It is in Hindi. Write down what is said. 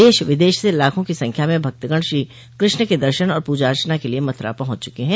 देश विदेश से लाखों की संख्या म भक्तगण श्री कृष्ण के दर्शन और पूजा अर्चना के लिए मथुरा पहुंच चुके हैं